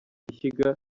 ishyiga